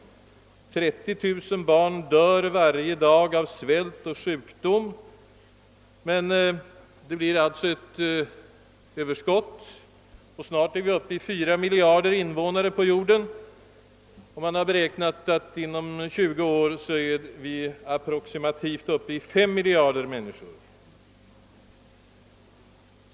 30 000 barn dör varje dag av svält och sjukdom. Det blir alltså ett stort överskott. Snart är vi 4 miljarder invånare på jorden, och man har räknat med att vi inom 20 år är uppe i approximativt 5 miljarder människor.